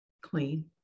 clean